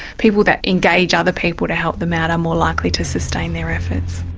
people that engage other people to help them out are more likely to sustain their efforts.